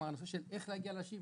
הנושא של איך להגיע לאנשים,